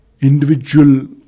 individual